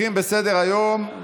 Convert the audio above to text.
תוצאות ההצבעה הן 56 בעד,